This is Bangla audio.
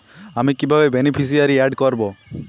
আমি কিভাবে বেনিফিসিয়ারি অ্যাড করব?